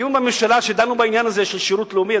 בדיון בממשלה שדנו בעניין הזה של שירות לאומי,